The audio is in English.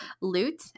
Loot